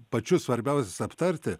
pačius svarbiausius aptarti